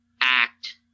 act